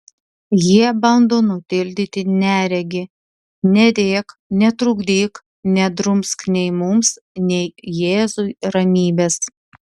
jie bando nutildyti neregį nerėk netrukdyk nedrumsk nei mums nei jėzui ramybės